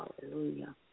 Hallelujah